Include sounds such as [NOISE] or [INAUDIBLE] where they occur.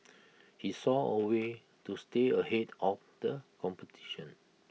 [NOISE] he saw A way to stay ahead of the competition